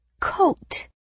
coat